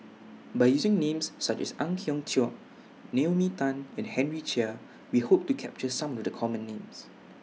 By using Names such as Ang Hiong Chiok Naomi Tan and Henry Chia We Hope to capture Some of The Common Names